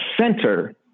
center